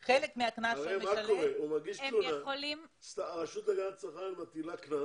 הוא מגיש תלונה, הרשות להגנת הצרכן מטילה קנס,